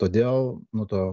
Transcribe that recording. todėl nu to